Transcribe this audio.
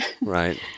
right